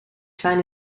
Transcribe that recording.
zijn